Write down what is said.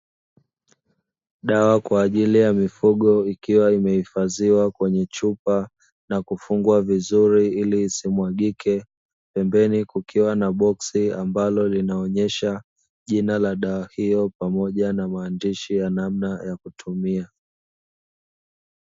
Dawa kwa ajili ya mifugo ikiwa imeifadhiwa kwenye chupa na kufungwa vizuri ili isimwagike, pembeni kukiwa na boksi ambalo linaonyesha jina la dawa hiyo pamoja na maandishi ya namna ya kutumia.